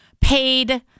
paid